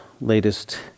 latest